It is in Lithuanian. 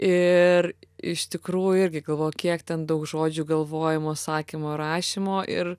ir iš tikrųjų irgi galvoju kiek ten daug žodžių galvojimo sakymo rašymo ir